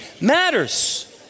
matters